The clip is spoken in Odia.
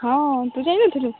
ହଁ ତୁ ଯାଇନଥିଲୁ